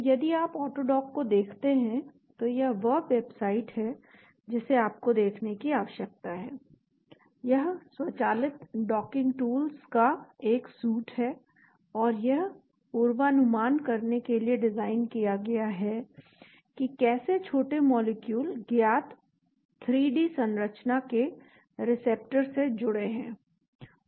तो यदि आप ऑटोडॉक को देखते हैं तो यह वह वेबसाइट है जिसे आपको देखने की आवश्यकता है यह स्वचालित डॉकिंग टूल्स का एक सूट है और यह यह पूर्वानुमान करने के लिए डिज़ाइन किया गया है कि कैसे छोटे मॉलिक्यूल ज्ञात 3 डी संरचना के रिसेप्टर से जुड़े है